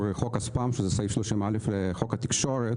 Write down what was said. חוק הספאם שזה סעיף 30(א) לחוק התקשורת.